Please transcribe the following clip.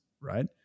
right